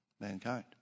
mankind